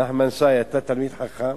נחמן שי, אתה תלמיד חכם